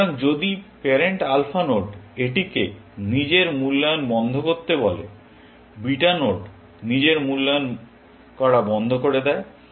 সুতরাং যদি parent alpha node এটিকে নিজের মূল্যায়ন বন্ধ করতে বলে বিটা নোড নিজের মূল্যায়ন করা বন্ধ করে দেয়